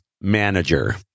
Manager